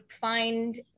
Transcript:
find